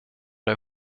det